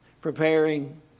preparing